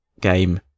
game